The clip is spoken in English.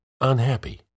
unhappy